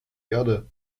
erde